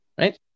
Right